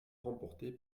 remportées